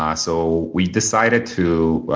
um so we decided to